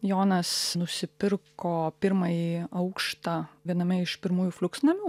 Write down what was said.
jonas nusipirko pirmąjį aukštą viename iš pirmųjų fliuksnamių